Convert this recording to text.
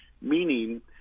meaning